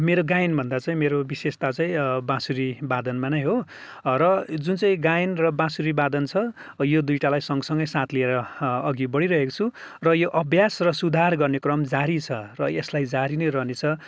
मेरो गायनभन्दा चाहिँ मेरो विशेषता चाहिँ बाँसुरीवादनमा नै हो र जुन चाहिँ गायन र बाँसुरीवादन छ यो दुईवटालाई सँगसँगै साथ लिएर अघि बढिरहेको छु र यो अभ्यास र सुधार गर्ने क्रम जारी छ र यसलाई जारी नै रहनेछ